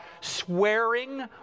swearing